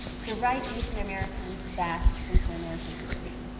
to write asian americans back into american history.